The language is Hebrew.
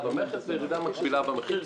הירידה במכס וירידה מקבילה במחיר.